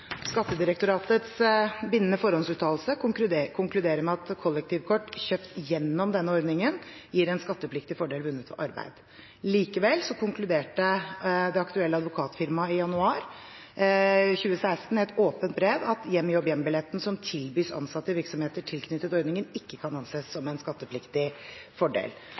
Skattedirektoratets bindende forhåndsuttalelse konkluderer med at kollektivkort kjøpt gjennom denne ordningen gir en skattepliktig fordel vunnet ved arbeid. Likevel konkluderte det aktuelle advokatfirmaet i januar 2016 i et åpent brev med at HjemJobbHjem-billetten som tilbys ansatte i virksomheter tilknyttet ordningen, ikke kan anses som en skattepliktig fordel.